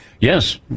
Yes